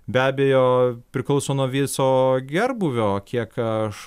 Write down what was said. be abejo priklauso nuo viso gerbūvio kiek aš